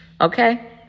Okay